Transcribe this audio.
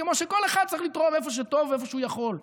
כמו שכל אחד צריך לתרום איפה שהוא טוב ואיפה שהוא יכול,